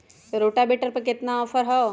Rotavator पर केतना offer हव?